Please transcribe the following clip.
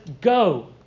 go